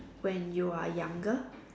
when you are younger